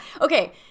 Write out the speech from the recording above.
okay